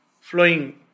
flowing